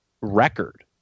record